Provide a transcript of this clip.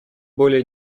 более